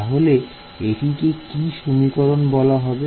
তাহলে এটিকে কি সমীকরণ বলা হবে